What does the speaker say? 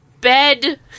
bed